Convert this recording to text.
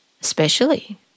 especially